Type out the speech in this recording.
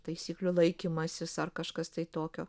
taisyklių laikymasis ar kažkas tai tokio